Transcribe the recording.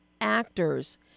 actors